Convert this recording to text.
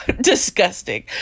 disgusting